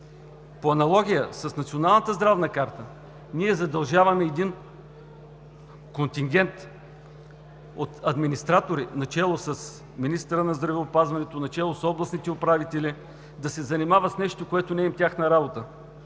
По аналогия с Националната здравна карта ние задължаваме един контингент от администратори начело с министъра на здравеопазването, начело с областните управители да се занимават с нещо, което не е тяхна работа.